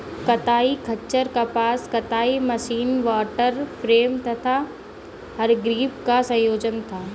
कताई खच्चर कपास कताई मशीनरी वॉटर फ्रेम तथा हरग्रीव्स का संयोजन था